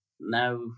now